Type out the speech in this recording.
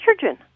estrogen